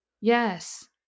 Yes